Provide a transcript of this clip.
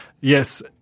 yes